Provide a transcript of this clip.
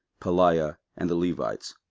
pelaiah, and the levites,